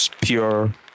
pure